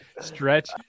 stretch